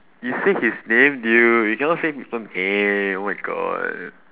you said his name dude you cannot say people name oh my god